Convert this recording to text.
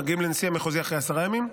ומגיעים לנשיא המחוזי אחרי עשרה ימים.